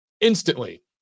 instantly